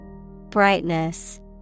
Brightness